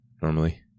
normally